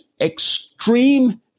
extreme